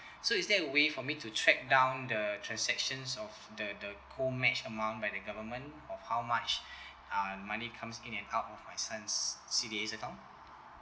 so is there a way for me to track down the transactions of the the co match amount by the government or how much uh money comes in and out of my son's C_D_A account